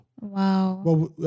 wow